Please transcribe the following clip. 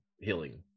healing